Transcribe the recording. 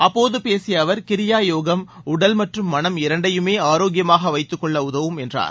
அப்போது பேசிய அவர் கிரியா யோகம் உடல் மற்றம் மளம் இரண்டையையுமே ஆரோக்கியமாக வைத்துக்கொள்ள உதவும் என்றார்